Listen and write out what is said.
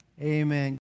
amen